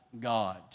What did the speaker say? God